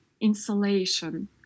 insulation